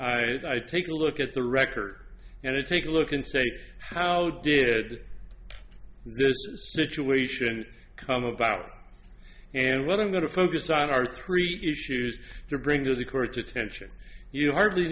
said take a look at the record and to take a look and say how did this situation come about and whether i'm going to focus on our three issues to bring to the court's attention you hardly